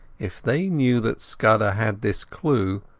if they knew that scudder had this clue,